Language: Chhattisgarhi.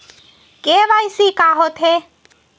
के.वाई.सी का होथे?